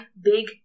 big